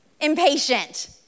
impatient